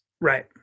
Right